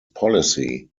policy